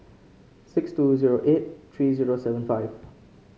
six two zero eight three zero seven five